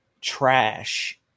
trash